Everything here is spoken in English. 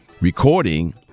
recording